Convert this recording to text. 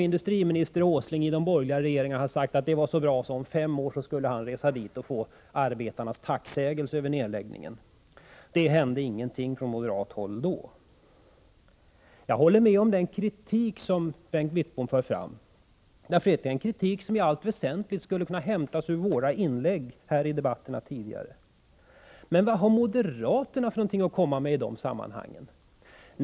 Industriministern i de borgerliga regeringarna, Nils Åsling, sade att beslutet var så bra att han om fem år skulle resa dit och få arbetarnas tacksägelse för nedläggningen. Då hände det ingenting från moderat håll. Jag håller med om den kritik som Bengt Wittbom för fram, därför att det är en kritik som i allt väsentligt skulle kunna hämtas ur våra inlägg i debatterna här tidigare. Men vad har moderaterna att komma med i dessa sammanhang?